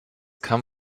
kann